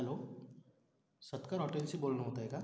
hello Satkar हॉटेलशी बोलणं होत आहे का